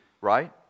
right